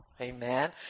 amen